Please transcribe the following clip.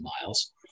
miles